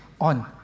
on